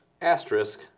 Asterisk